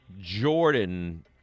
Jordan